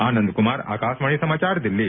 आनन्द कुमार आकाशवाणी समाचार दिल्ली